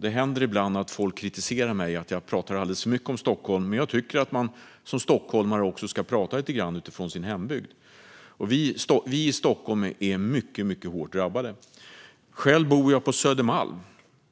Det händer ibland att folk kritiserar mig för att jag pratar alldeles för mycket om Stockholm, men jag tycker att man som stockholmare också ska prata lite grann utifrån sin hembygd. Vi i Stockholm är mycket hårt drabbade. Själv bor jag på Södermalm,